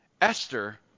Esther